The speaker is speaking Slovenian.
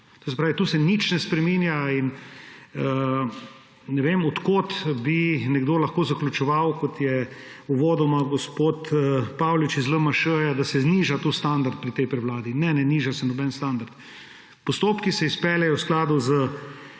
tu se nič ne spreminja in ne vem, od kod bi lahko nekdo zaključeval, kot je uvodoma gospod Paulič iz LMŠ, da se tu niža standard pri tej prevladi. Ne, ne niža se nobenega standarda. Postopki se izpeljejo v skladu s